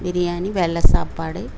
பிரியாணி வெள்ளை சாப்பாடு